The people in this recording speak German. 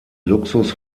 luxus